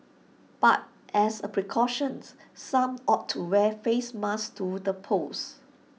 but as A precautions some opted to wear face masks to the polls